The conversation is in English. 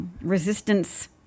resistance